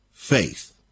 faith